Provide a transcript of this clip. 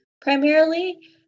primarily